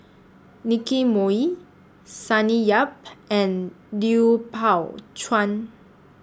Nicky Moey Sonny Yap and Lui Pao Chuen